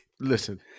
Listen